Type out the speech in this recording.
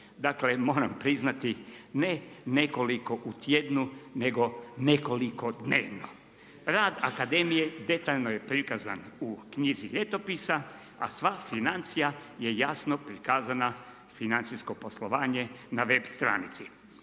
Dakle, moram priznati, ne nekoliko u tjednu, nego nekoliko dnevno. Rad akademije detaljno je prikazan u knjizi Ljetopisa, a sva financija je jasno prikazana, financijsko poslovanje na web stranici.